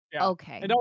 Okay